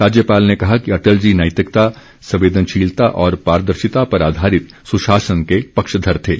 राज्यपाल ने कहा कि अटल जी नैतिकता संवेदनशीलता और पारदर्शिता पर आधारित सुशासन के पक्षधर थे